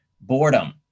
boredom